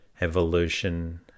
evolution